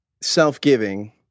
self-giving